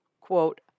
quote